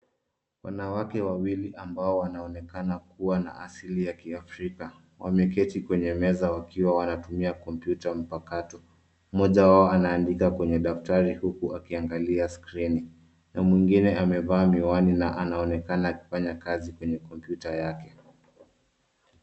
Wanawake wawili ambao wanaonekana kuwa na asili ya kiafrika wameketi kwenye meza wakiwa wanatumia kompyuta mpakato. Mmoja wao anaandika kwenye daftari huku akiangalia skrini na mwingine amevaa miwani na anaonekana akifanya kazi kwenye kompyuta yake.